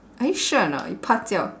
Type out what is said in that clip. are you sure or not you pa jiao